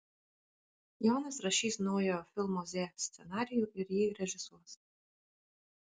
jonas rašys naujojo filmo z scenarijų ir jį režisuos